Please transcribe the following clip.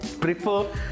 prefer